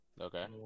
Okay